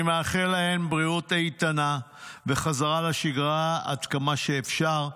אני מאחל להן בריאות איתנה וחזרה לשגרה עד כמה שאפשר.